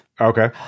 Okay